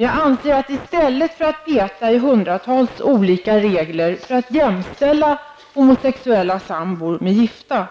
Jag anser att i stället för att peta i hundratals olika regler för att jämställa homosexuella sambor med gifta,